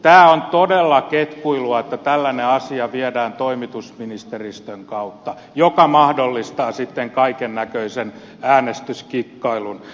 tämä on todella ketkuilua että tällainen asia viedään toimitusministeristön kautta mikä mahdollistaa sitten kaikennäköisen äänestyskikkailun